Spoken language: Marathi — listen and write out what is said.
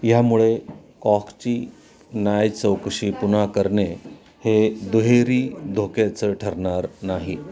ह्यामुळे कॉकची न्याय चौकशी पुन्हा करणे हे दुहेरी धोक्याचं ठरणार नाही